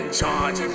charge